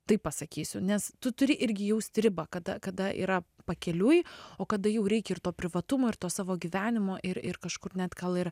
taip pasakysiu nes tu turi irgi jaust ribą kada kada yra pakeliui o kada jau reikia ir to privatumo ir to savo gyvenimo ir ir kažkur net gal ir